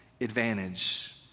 advantage